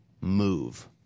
move